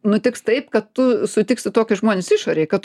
nutiks taip kad tu sutiksi tokius žmones išorėj kad